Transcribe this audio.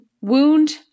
wound